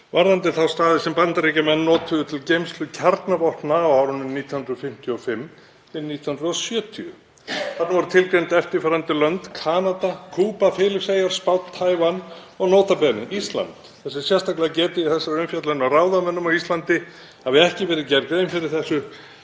varðandi þá staði sem Bandaríkjamenn notuðu til geymslu kjarnavopna á árunum 1955–1970. Þar voru tilgreind eftirfarandi lönd: Kanada, Kúba, Filippseyjar, Spánn, Taívan og nota bene, Ísland. Þess er sérstaklega getið í þessari umfjöllun að ráðamönnum á Íslandi hafi ekki verið gerð grein fyrir þessu